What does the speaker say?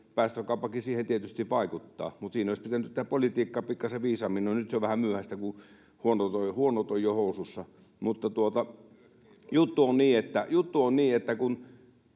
päästökauppakin siihen tietysti vaikuttaa — niin siinä olisi pitänyt tehdä politiikkaa pikkasen viisaammin. No, nyt se on vähän myöhäistä, kun huonot on jo housussa. Mutta juttu on niin, että kun